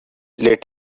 lit